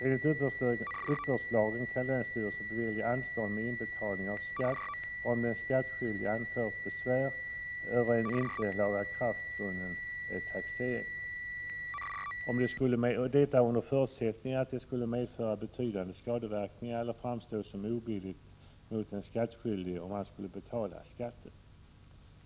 Enligt uppbördslagen kan länsstyrelsen bevilja anstånd med inbetalning av skatt om den skattskyldige anfört besvär över en inte lagakraftvunnen taxering, om det skulle medföra betydande skadeverkningar eller framstå som obilligt mot den skattskyldige om han skulle betala skatten.